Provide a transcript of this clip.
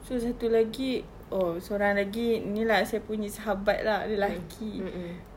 so satu lagi oh seorang lagi ini lah saya punya sahabat lah lelaki